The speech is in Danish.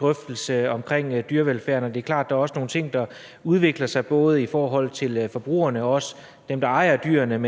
drøftelse af dyrevelfærden, og det er klart, at der også er nogle ting, der udvikler sig både i forhold til forbrugerne og i forhold til dem, der ejer dyrene,